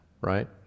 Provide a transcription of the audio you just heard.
right